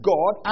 God